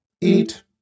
Eat